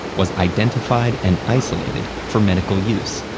was identified and isolated for medical use.